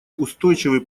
устойчивый